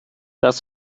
das